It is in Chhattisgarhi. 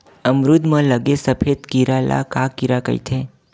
अमरूद म लगे सफेद कीरा ल का कीरा कइथे?